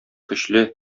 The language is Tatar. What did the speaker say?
көчле